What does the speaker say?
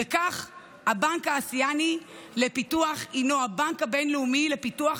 בכך הבנק האסייני לפיתוח הוא הבנק הבין-לאומי לפיתוח